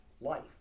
life